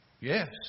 Yes